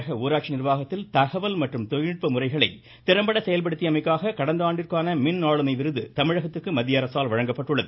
தமிழக ஊராட்சி நிர்வாகத்தில் தகவல் மற்றும் தொழில்நுட்ப முறைகளை திறம்பட செயல்படுத்தியமைக்காக கடந்த ஆண்டிற்கான மின் ஆளுமை விருது தமிழகத்திற்கு மத்தியஅரசால் வழங்கப்பட்டுள்ளது